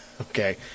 okay